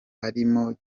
arimo